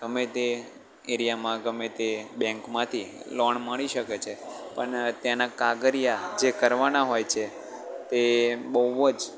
ગમે તે એરિયામાં ગમે તે બેંકમાંથી લોન મળી શકે છે પણ તેના કાગળિયા જે કરવાના હોય છે તે બહુ જ